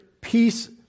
peace